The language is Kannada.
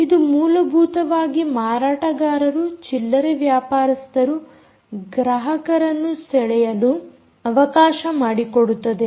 ಇದು ಮೂಲಭೂತವಾಗಿ ಮಾರಾಟಗಾರರು ಚಿಲ್ಲರೆ ವ್ಯಾಪಾರಸ್ಥರು ಗ್ರಾಹಕರನ್ನು ಸೆಳೆಯಲು ಅವಕಾಶ ಮಾಡಿಕೊಡುತ್ತದೆ